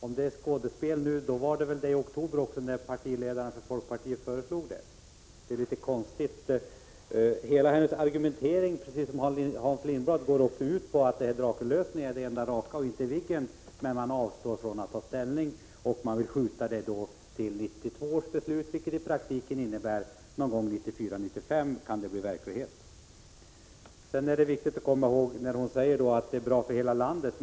Om det är skådespel nu så var det väl det också i oktober när ledaren för folkpartiet lade fram sitt föreslag? Det är litet konstigt. Hela hennes argumentering går också, precis som Hans Lindblads, ut på att Drakenlösningen är det enda raka i stället för Viggen. Men man avstår från att ta ställning och vill skjuta upp beslutet till 1992, vilket i praktiken innebär att det hela kan bli verklighet någon gång 1994 eller 1995. Kerstin Ekman säger att detta är bra för hela landet.